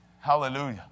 Hallelujah